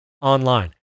Online